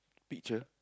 picture